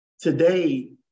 today